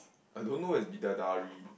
I don't know where is Bidadari